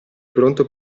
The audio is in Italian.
pronto